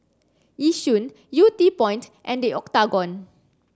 Yishun Yew Tee Point and The Octagon